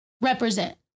represent